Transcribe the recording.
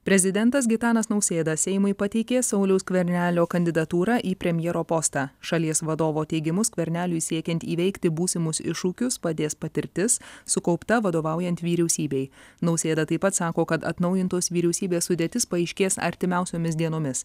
prezidentas gitanas nausėda seimui pateikė sauliaus skvernelio kandidatūrą į premjero postą šalies vadovo teigimu skverneliui siekiant įveikti būsimus iššūkius padės patirtis sukaupta vadovaujant vyriausybei nausėda taip pat sako kad atnaujintos vyriausybės sudėtis paaiškės artimiausiomis dienomis